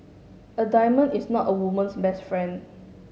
a diamond is not a woman's best friend